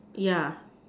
yeah